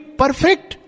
perfect